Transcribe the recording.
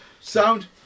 sound